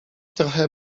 trochę